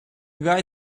guy